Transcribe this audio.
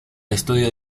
estudios